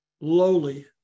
lowly